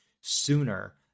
sooner